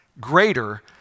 greater